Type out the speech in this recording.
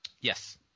yes